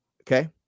Okay